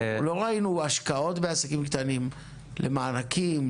לא ראינו השקעות בעסקים קטנים, למענקים.